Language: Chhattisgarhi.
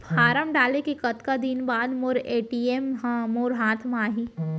फॉर्म डाले के कतका दिन बाद मोर ए.टी.एम ह मोर हाथ म आही?